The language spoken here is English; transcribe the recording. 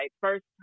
first